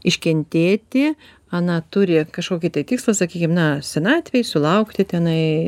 iškentėti ana turi kažkokį tai tikslą sakykim na senatvėj sulaukti tenai